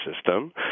System